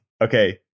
okay